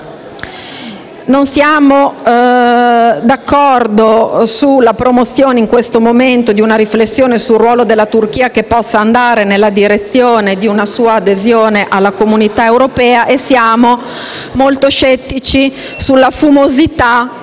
Non siamo d'accordo sulla promozione, in questo momento, di una riflessione sul ruolo della Turchia che possa andare nella direzione di una sua adesione alla Comunità europea. Siamo molto scettici anche sulla fumosità